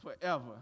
forever